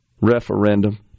referendum